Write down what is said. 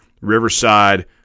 Riverside